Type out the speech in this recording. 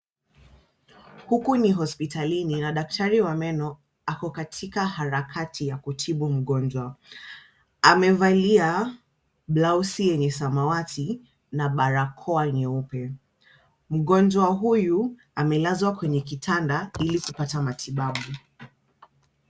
Huku ni hospitalini na daktari wa meno ako katika harakati ya kutibu mgonjwa. Amevalia blausi yenye samawati na barakoa nyeupe. Mgonjwa huyu amelazwa kwenye kitanda ili kupata matibabu.